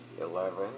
eleven